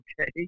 Okay